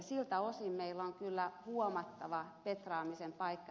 siltä osin meillä on kyllä huomattava petraamisen paikka